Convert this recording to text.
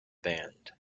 band